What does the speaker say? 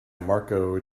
marko